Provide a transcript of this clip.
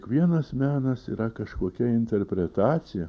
kiekvienas menas yra kažkokia interpretacija